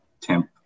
temp